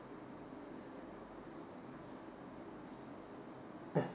oh